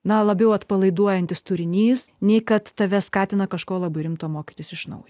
na labiau atpalaiduojantis turinys nei kad tave skatina kažko labai rimto mokytis iš naujo